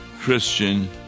Christian